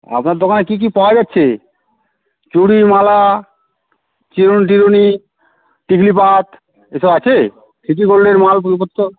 আপনার দোকানে কী কী পাওয়া যাচ্ছে চুরি মালা চিরুনি টিরুনি টিকলি পাত এসব আছে সিটি গোল্ডের মাল পত্র